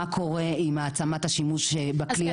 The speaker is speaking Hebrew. מה קורה עם העצמת השימוש בכלי הפיקוד?